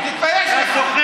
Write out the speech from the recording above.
תתבייש לך.